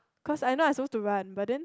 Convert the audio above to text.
because I know I supposed to run but then